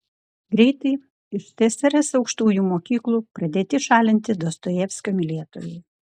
greitai iš tsrs aukštųjų mokyklų pradėti šalinti dostojevskio mylėtojai